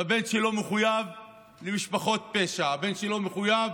והבן שלו מחויב למשפחות פשע, הבן שלו מחויב